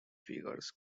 figures